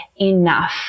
enough